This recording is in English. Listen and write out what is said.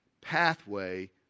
pathway